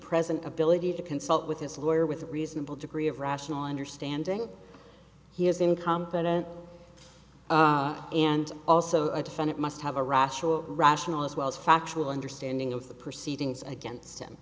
present ability to consult with his lawyer with a reasonable degree of rational understanding he is incompetent and also a defendant must have a rational rational as well as factual understanding of the proceedings against him